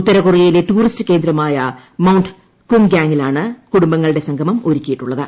ഉത്തരകൊറിയയിലെ tourist കേന്ദ്രമായ mount കുംഗാങ്ങിലാണ് കുടുംബങ്ങളുടെ സംഗമം ഒരുക്കിയിട്ടുള്ളത്